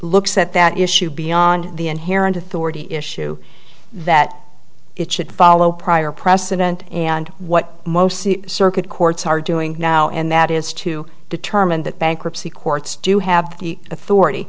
looks at that issue beyond the inherent authority issue that it should follow prior precedent and what most circuit courts are doing now and that is to determine that bankruptcy courts do have the authority